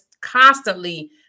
constantly